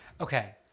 Okay